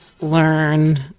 learn